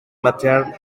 matern